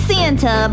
Santa